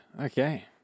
Okay